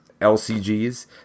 LCGs